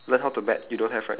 okay different ah